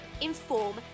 inform